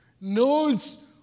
Knows